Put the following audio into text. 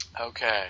Okay